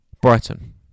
Brighton